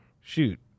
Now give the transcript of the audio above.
shoot